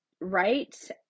right